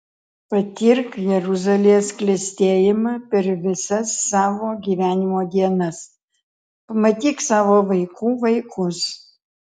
patirk jeruzalės klestėjimą per visas savo gyvenimo dienas pamatyk savo vaikų vaikus